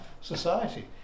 society